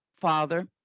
father